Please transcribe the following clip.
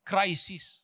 Crisis